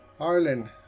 Ireland